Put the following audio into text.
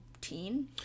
teen